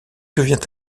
devint